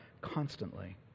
constantly